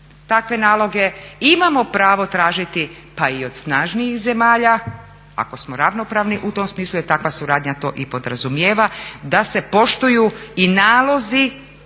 takve naloge imamo pravo tražiti pa i od snažnijih zemalja ako smo ravnopravni u tom smislu jer takva suradnja to i podrazumijeva da se poštuju i nalozi